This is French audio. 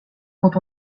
quand